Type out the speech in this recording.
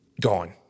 gone